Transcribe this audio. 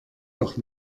doch